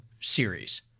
series